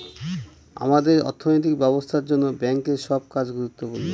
আমাদের অর্থনৈতিক ব্যবস্থার জন্য ব্যাঙ্কের সব কাজ গুরুত্বপূর্ণ